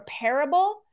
repairable